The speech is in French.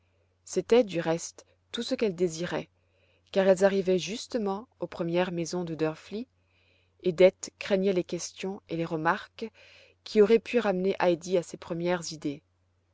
c'était du reste tout ce qu'elle désirait car elles arrivaient justement aux premières maisons de drfli et dete craignait les questions et les remarques qui auraient pu ramener heidi à ses premières idées